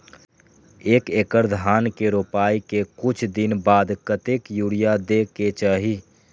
एक एकड़ धान के रोपाई के कुछ दिन बाद कतेक यूरिया दे के चाही?